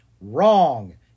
Wrong